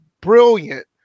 brilliant